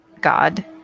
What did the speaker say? God